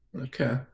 Okay